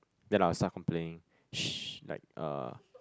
then I'll start complaining shh like uh